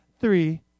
three